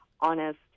honest